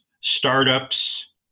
startups